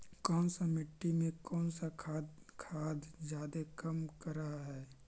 कौन सा मिट्टी मे कौन सा खाद खाद जादे काम कर हाइय?